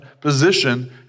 position